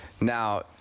now